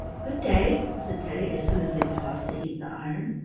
good-day, said teddy, as soon as they paused to heat the iron.